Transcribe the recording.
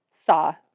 saw